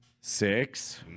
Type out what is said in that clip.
six